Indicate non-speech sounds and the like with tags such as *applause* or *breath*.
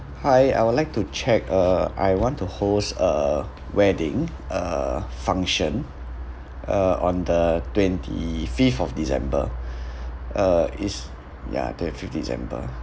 hi I would like to check uh I want to host a wedding a function uh on the twenty fifth of december *breath* uh is ya twenty fifth december